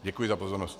Děkuji za pozornost.